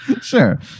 Sure